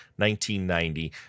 1990